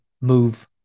move